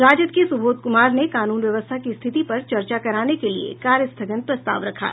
राजद के सुबोध कुमार ने कानून व्यवस्था की स्थिति पर चर्चा कराने के लिए कार्यस्थगन प्रस्ताव रखा